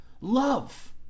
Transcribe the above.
love